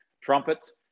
trumpets